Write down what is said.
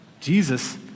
Jesus